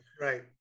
Right